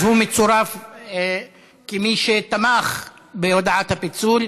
אז הוא מצורף כמי שתמך בהודעת הפיצול,